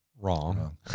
wrong